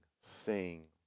sing